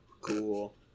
Cool